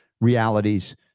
realities